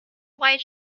white